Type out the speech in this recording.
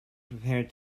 prepared